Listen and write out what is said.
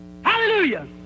Hallelujah